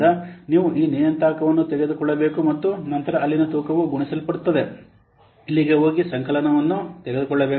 ಆದ್ದರಿಂದ ನೀವು ಈ ನಿಯತಾಂಕವನ್ನು ತೆಗೆದುಕೊಳ್ಳಬೇಕು ಮತ್ತು ನಂತರ ಅಲ್ಲಿನ ತೂಕವು ಗುಣಿಸಲ್ಪಡುತ್ತದೆ ಇಲ್ಲಿಗೆ ಹೋಗಿ ಸಂಕಲನವನ್ನು ತೆಗೆದುಕೊಳ್ಳಬೇಕು